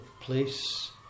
place